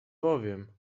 powiem